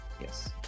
yes